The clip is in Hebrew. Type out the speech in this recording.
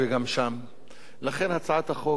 הצעת החוק היא אמירה פוליטית,